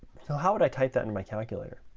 so how would i type that in my calculator?